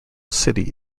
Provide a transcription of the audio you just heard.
city